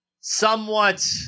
somewhat